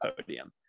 podium